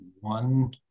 one